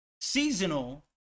seasonal